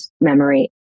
memory